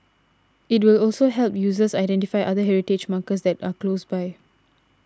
it will also help users identify other heritage markers that are close by